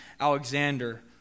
Alexander